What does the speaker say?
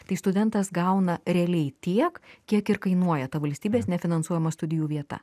tai studentas gauna realiai tiek kiek ir kainuoja ta valstybės nefinansuojama studijų vieta